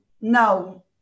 no